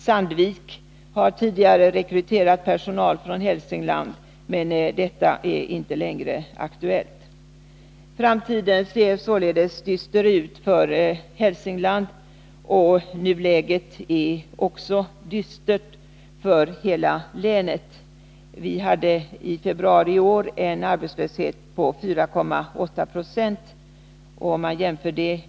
Sandvik har tidigare rekryterat personal från Hälsingland. Men detta är inte längre aktuellt. Framtiden ser således dyster ut för Hälsingland. Också nuläget är dystert för hela länet. Vi hade i februari en arbetslöshet på 4,8 96.